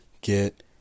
get